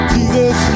Jesus